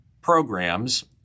programs